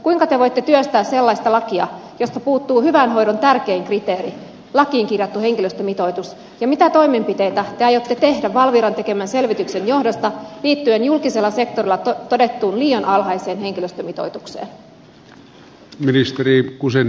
kuinka te voitte työstää sellaista lakia josta puuttuu hyvän hoidon tärkein kriteeri lakiin kirjattu henkilöstömitoitus ja mitä toimenpiteitä te aiotte tehdä valviran tekemän selvityksen johdosta liittyen julkisella sektorilla todettuun liian alhaiseen henkilöstömitoitukseen